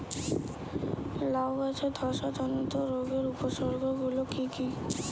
লাউ গাছের ধসা জনিত রোগের উপসর্গ গুলো কি কি?